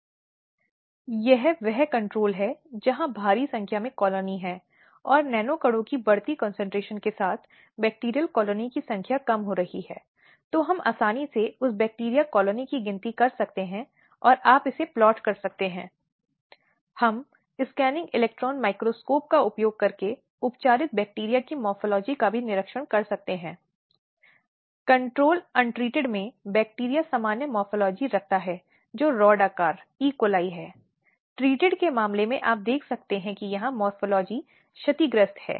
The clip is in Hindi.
जैसा कि 2013 के सर्वोच्च न्यायालय के फैसले में राजेश बनाम हरियाणा राज्य में अदालत द्वारा निर्धारित किया गया है कि दो उंगली परीक्षण और इसकी व्याख्या गोपनीयता शारीरिक और मानसिक अखंडता और गरिमा के लिए बलात्कार से जीवित बचे व्यक्ति के अधिकारों का उल्लंघन करती है